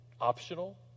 optional